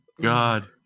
God